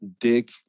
Dick